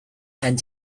and